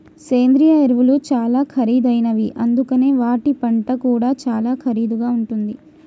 సేంద్రియ ఎరువులు చాలా ఖరీదైనవి అందుకనే వాటి పంట కూడా చాలా ఖరీదుగా ఉంటుంది